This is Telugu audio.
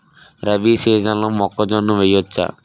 రబీ సీజన్లో మొక్కజొన్న వెయ్యచ్చా?